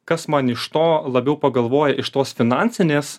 kas man iš to labiau pagalvoja iš tos finansinės